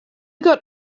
got